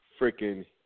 freaking